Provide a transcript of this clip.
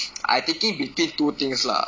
I thinking between two things lah